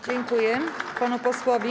Dziękuję panu posłowi.